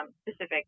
specific